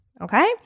Okay